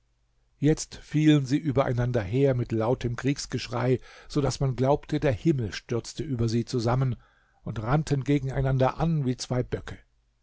jetzt fielen sie übereinander her mit lautem kriegsgeschrei so daß man glaubte der himmel stürzte über sie zusammen und rannten gegeneinander an wie zwei böcke